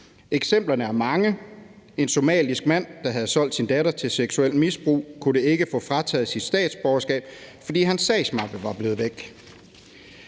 Eksemplerne er mange: En somalisk mand, der havde solgt sin datter til seksuelt misbrug, kunne ikke få frataget sit statsborgerskab, fordi hans sagsmappe var blevet væk.